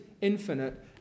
infinite